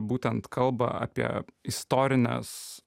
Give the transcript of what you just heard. būtent kalba apie istorines